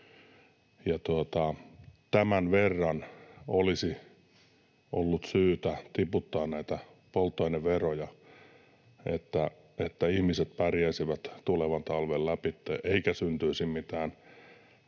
tämän verran olisi ollut syytä tiputtaa näitä polttoaineveroja, että ihmiset pärjäisivät tulevan talven lävitse eikä syntyisi mitään